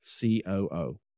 COO